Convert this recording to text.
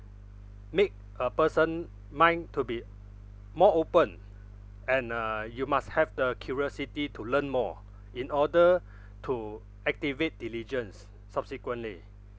make a person mind to be more open and uh you must have the curiosity to learn more in order to activate diligence subsequently